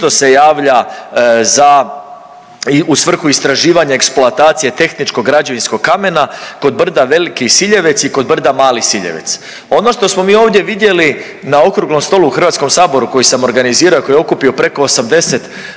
isto se javlja za, u svrhu istraživanja eksploatacije tehničkog građevinskog kamena kod brda Veliki Siljevec i kod brda Mali Siljevec. Ono što smo mi ovdje vidjeli na Okruglom stolu u HS koji sam organizirao i koji je okupio preko 80 ljudi,